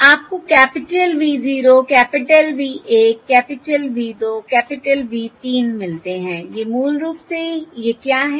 आपको capital V 0 capital V 1 capital V 2 capital V 3 मिलते हैं ये मूल रूप से ये क्या हैं